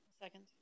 Second